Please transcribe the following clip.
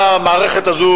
והמערכת הזו,